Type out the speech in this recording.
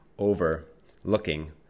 overlooking